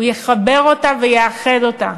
הוא יחבר אותה ויאחד אותה.